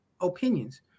opinions